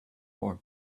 form